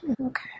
Okay